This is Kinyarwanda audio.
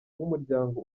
w’umuryango